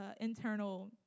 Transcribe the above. internal